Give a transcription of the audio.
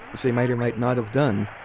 which they might or might not have done.